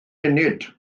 munud